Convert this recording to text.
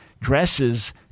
dresses